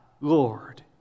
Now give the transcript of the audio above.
Lord